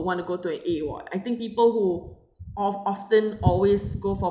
want to go to an A ward I think people who of often always go for